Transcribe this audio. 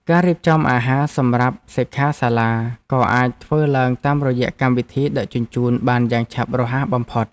ការរៀបចំអាហារសម្រាប់សិក្ខាសាលាក៏អាចធ្វើឡើងតាមរយៈកម្មវិធីដឹកជញ្ជូនបានយ៉ាងឆាប់រហ័សបំផុត។